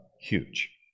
huge